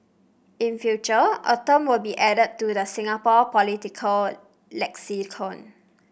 in future a term will be added to the Singapore political lexicon